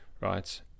right